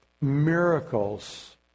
miracles